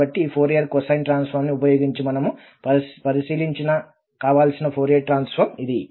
కాబట్టి ఈ Fourier cosine ట్రాన్స్ఫార్మ్ని ఉపయోగించి మనము పరిశీలించిన కావలసిన ఫోరియర్ ట్రాన్సఫార్మ్ ఇది